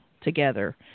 together